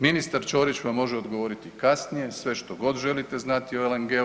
Ministar Ćorić vam može odgovoriti kasnije sve što god želite znati o LNG-u.